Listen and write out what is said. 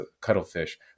cuttlefish